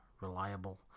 reliable